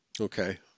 Okay